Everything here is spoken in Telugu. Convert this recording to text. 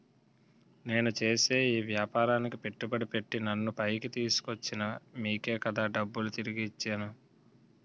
నేను చేసే ఈ వ్యాపారానికి పెట్టుబడి పెట్టి నన్ను పైకి తీసుకొచ్చిన మీకే కదా డబ్బులు తిరిగి ఇచ్చేను